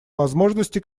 возможности